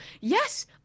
yes